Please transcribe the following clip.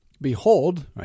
Behold